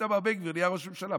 איתמר בן גביר נהיה ראש ממשלה,